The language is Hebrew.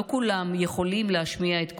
לא כולם יכולים להשמיע את קולם.